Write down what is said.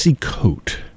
coat